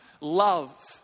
love